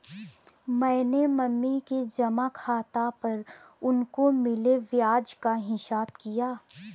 मैंने मम्मी के जमा खाता पर उनको मिले ब्याज का हिसाब किया